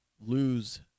lose